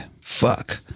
fuck